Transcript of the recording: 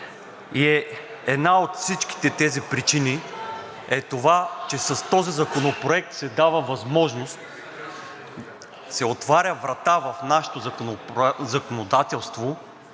И една от всичките тези причини е тази, че с този законопроект се дава възможност, се отваря врата в нашето законодателство,